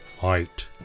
fight